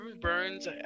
Burns